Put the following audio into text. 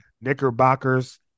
Knickerbockers